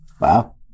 Wow